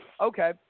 Okay